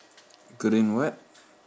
green what